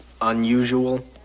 unusual